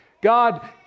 God